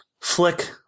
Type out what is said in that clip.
flick